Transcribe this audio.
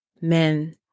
men